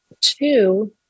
Two